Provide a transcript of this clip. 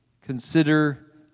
consider